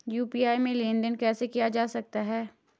UPI से लेनदेन कैसे किया जा सकता है?